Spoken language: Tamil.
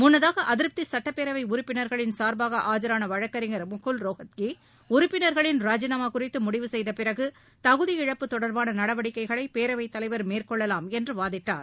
முன்னதாகஅதிருப்திசுட்டப்பேரவைஉறுப்பினா்களின் சா்பாகஆஜானவழக்கறிஞர் ரோத்தகி உறுப்பினர்களின் ராஜினாமாகுறித்தமூடிவு செய்தபிறகுதகுதி இழப்பு தொடர்பானநடவடிக்கைகளைபேரவைத் தலைவர் மேற்கொள்ளலாம் என்றுவாதிட்டார்